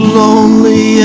lonely